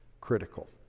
critical